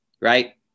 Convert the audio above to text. right